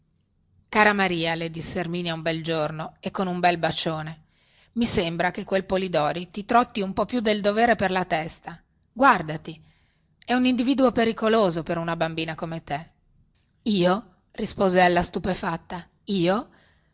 cara maria le disse erminia un bel giorno e con un bel bacione mi sembra che quel polidori ti trotti un po più del dovere per la testa guardati è un individuo pericoloso per una bambina come te io rispose ella stupefatta io